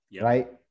right